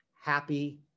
happy